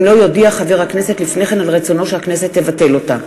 אם לא יודיע חבר הכנסת לפני כן על רצונו שהכנסת תבטל אותה.